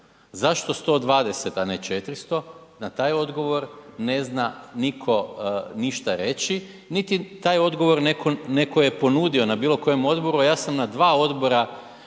Zašto 120, a ne 400? Na taj odgovor ne zna nitko ništa reći, niti je taj odgovor netko ponudio na bilo kojem odboru, a ja sam na dva odbora